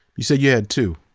you so yeah had two.